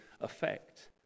effect